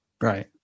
Right